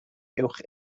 uwch